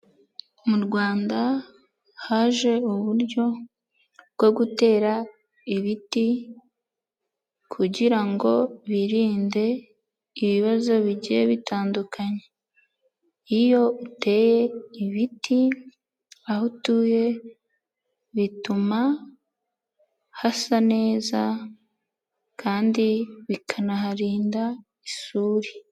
Mu Rwanda haje uburyo bwo gutera ibiti kugira ngo birinde ibibazo bigiye bitandukanye, iyo uteye ibiti aho utuye bituma hasa neza kandi bikanaharinda isuri.